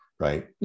Right